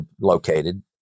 located